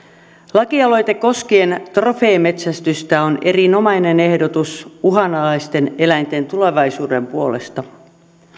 lakialoite koskien trofeemetsästystä on erinomainen ehdotus uhanalaisten eläinten tulevaisuuden puolesta